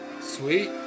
Sweet